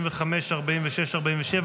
ל-46 ול-47,